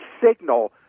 signal